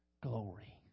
glory